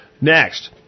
Next